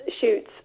shoots